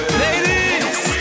ladies